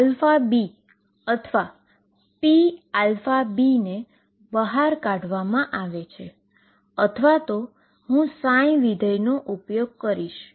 xαβ અથવા pαβ ને બહાર કાઢવામાં આવે છે અથવા હું ફંક્શનનો ઉપયોગ કરીશ